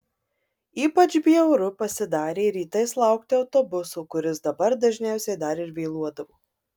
ypač bjauru pasidarė rytais laukti autobuso kuris dabar dažniausiai dar ir vėluodavo